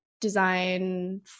design